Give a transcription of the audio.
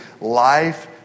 life